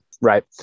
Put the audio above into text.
Right